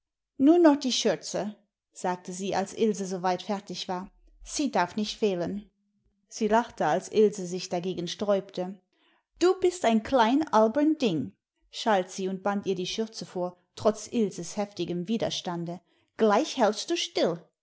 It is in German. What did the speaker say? nun noch die schürze sagte sie als ilse soweit fertig war sie darf nicht fehlen sie lachte als ilse sich dagegen sträubte du bist ein klein albern ding schalt sie und band ihr die schürze vor trotz ilses heftigem widerstande gleich hältst du still